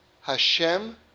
Hashem